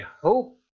hope